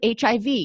hiv